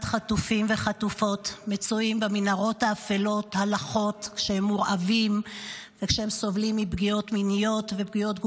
חנוך אמר שהוא מדבר מניסיון.